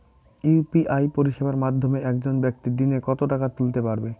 UPI পরিষেবার মাধ্যমে একজন ব্যাক্তি দিনে কত টাকা তুলতে পারবে?